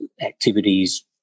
activities